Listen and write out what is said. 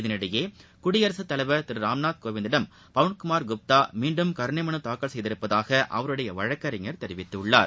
இதனிடையே குடியரசுத் தலைவர் திரு ராம்நாத் கோவிந்திடம் பவன்குமார் குப்தா மீண்டும் கருணை மலு தாக்கல் செய்துள்ளதாக அவருடைய வழக்கறிஞர் கூறியுள்ளார்